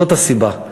זאת הסיבה.